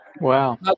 Wow